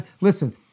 listen